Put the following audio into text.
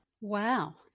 Wow